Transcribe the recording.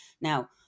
Now